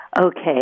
Okay